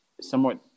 somewhat